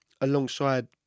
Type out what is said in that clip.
alongside